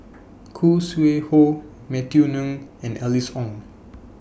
Khoo Sui Hoe Matthew Ngui and Alice Ong